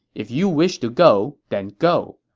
if you wish to go, then go.